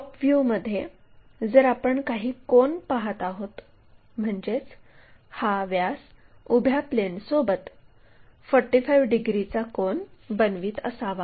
तर टॉप व्ह्यूमध्ये जर आपण काही कोन पाहत आहोत म्हणजेच हा व्यास उभ्या प्लेनसोबत 45 डिग्रीचा कोन बनवित असावा